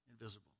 invisible